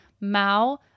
Mao